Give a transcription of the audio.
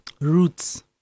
roots